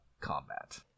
combat